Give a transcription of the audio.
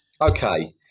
Okay